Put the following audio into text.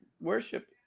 worship